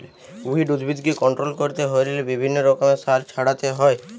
weed উদ্ভিদকে control করতে হইলে বিভিন্ন রকমের সার ছড়াতে হয়